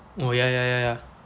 oh ya ya ya ya